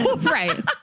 Right